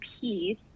peace